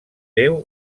déu